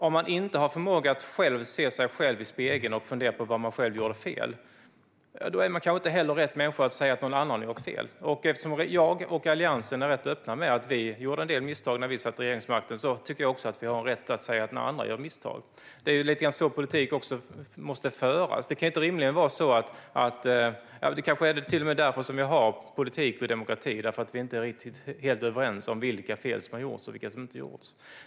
Om man inte har förmåga att se sig i spegeln och fundera på vad man själv gjort fel, ja, då är man kanske inte rätt människa att säga att någon annan gjort fel. Eftersom jag och Alliansen är rätt öppna med att vi gjorde en del misstag när vi satt vid regeringsmakten tycker jag att vi har rätt att säga till när andra gör misstag. Det är ju lite grann så politik måste föras. Det kanske till och med är därför vi har politik och demokrati - därför att vi inte är helt överens om vilka fel som gjorts och inte gjorts.